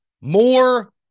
more